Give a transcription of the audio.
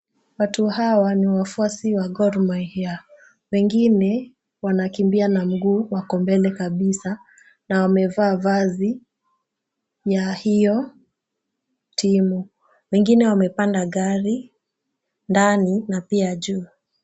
Watu hawa ni wafwasi wa Gormahia, wengine, wanakimbia na mguu wako mbele kabisa, na wamevaa vazi ya hiyo timu. Wengine wamepanda gari ndani na pia juu.